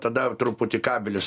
tada truputį kabelis